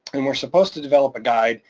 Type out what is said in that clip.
and we're supposed to develop a guide